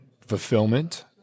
fulfillment